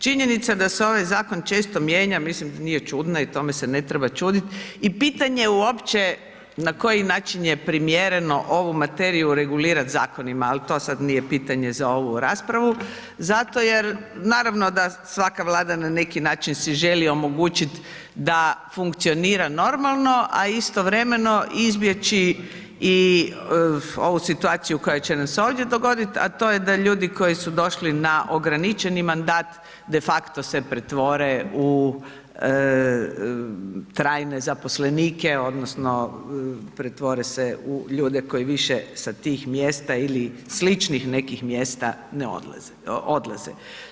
Činjenica da se ovaj zakon često mijenja, mislim da nije čudna i tome se ne treba čudit i pitanje uopće na koji način je primjereno ovu materiju regulirat zakonima, al to sad nije pitanje za ovu raspravu zato jer, naravno da svaka Vlada na neki način si želi omogućit da funkcionira normalno, a istovremeno izbjeći i ovu situaciju koja će nam se ovdje dogodit, a to je da ljudi koji su došli na ograničeni mandat, defakto se pretvore u trajne zaposlenike odnosno pretvore se u ljude koji više sa tih mjesta ili sličnih nekih mjesta, ne odlaze, odlaze.